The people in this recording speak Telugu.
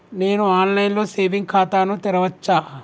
నేను ఆన్ లైన్ లో సేవింగ్ ఖాతా ను తెరవచ్చా?